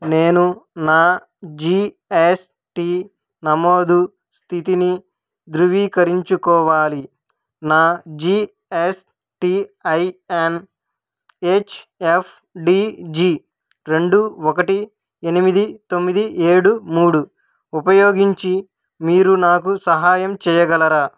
నేను నా G S T నమోదు స్థితిని ధృవీకరించుకోవాలి నా G S T I N H F D G రెండు ఒకటి ఎనిమిది తొమ్మిది ఏడు మూడు ఉపయోగించి మీరు నాకు సహాయం చేయగలరా